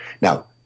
Now